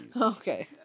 Okay